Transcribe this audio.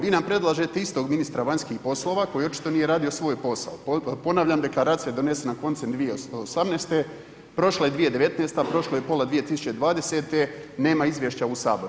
Vi nam predlažete istog ministra vanjskih poslova koji očito nije radio svoj posao, ponavljam deklaracija je donesena koncem 2018., prošla je 2019., prošlo je pola 2020. nema izvješća u Saboru.